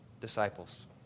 disciples